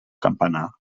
campanar